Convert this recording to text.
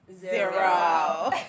Zero